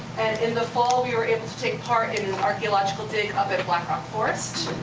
in the fall we were able to take part in an archeological dig up at black rock forest,